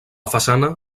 façana